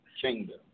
kingdom